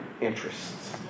interests